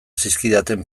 zizkidaten